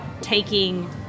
taking